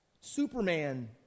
Superman